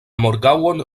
morgaŭon